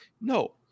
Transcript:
No